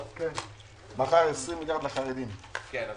11:40.